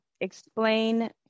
explain